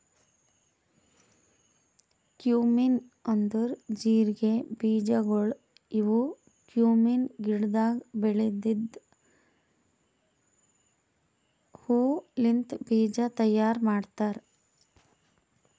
cumin ಅಂದುರ್ ಜೀರಿಗೆ ಬೀಜಗೊಳ್ ಇವು ಕ್ಯುಮೀನ್ ಗಿಡದಾಗ್ ಬೆಳೆದಿದ್ದ ಹೂ ಲಿಂತ್ ಬೀಜ ತೈಯಾರ್ ಮಾಡ್ತಾರ್